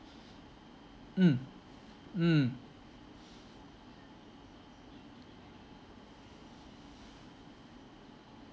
mm mm